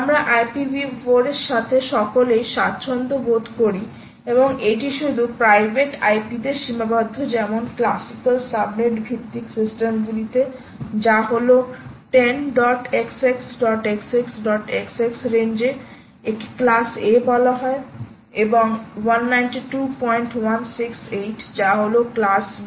আমরা IPv4 এর সাথে সকলেই স্বাচ্ছন্দ্যবোধ করি এবং এটি শুধু প্রাইভেট IP তে সীমাবদ্ধ যেমন ক্লাসিক্যাল সাবনেট ভিত্তিক সিস্টেমগুলিতে যা হলো 10xxxxxx রেঞ্জ এ একে ক্লাস a বলা হয় এবং 192168 যা হলো ক্লাস b